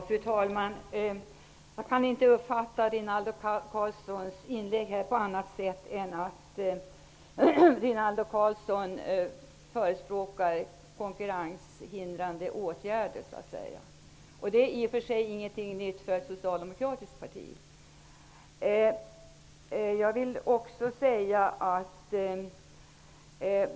Fru talman! Jag kan inte uppfatta Rinaldo Karlssons inlägg på annat sätt än att han förespråkar konkurrenshindrande åtgärder. Det är i och för sig inte något nytt från ett socialdemokratiskt parti.